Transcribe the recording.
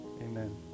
Amen